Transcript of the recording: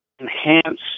enhance